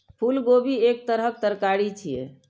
फूलगोभी एक तरहक तरकारी छियै